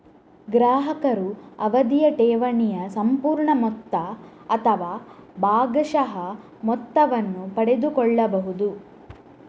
ಗ್ರಾಹಕರು ಅವಧಿಯ ಠೇವಣಿಯ ಸಂಪೂರ್ಣ ಮೊತ್ತ ಅಥವಾ ಭಾಗಶಃ ಮೊತ್ತವನ್ನು ಪಡೆದುಕೊಳ್ಳಬಹುದು